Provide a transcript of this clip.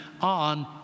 on